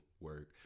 work